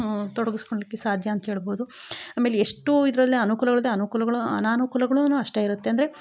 ತೊಡ್ಗಿಸ್ಕೊಳಿಕ್ಕೆ ಸಾಧ್ಯ ಅಂತ ಹೇಳ್ಬೋದು ಆಮೇಲೆ ಎಷ್ಟೂ ಇದ್ರಲ್ಲಿ ಅನುಕೂಲಗಳಿದೆ ಅನುಕೂಲಗಳು ಅನಾನುಕೂಲಗಳನು ಅಷ್ಟೆ ಇರುತ್ತೆ ಅಂದರೆ